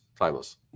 Timeless